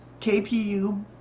KPU